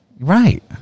right